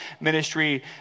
ministry